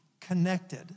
connected